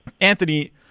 Anthony